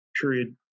period